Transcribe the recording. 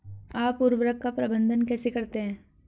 आप उर्वरक का प्रबंधन कैसे करते हैं?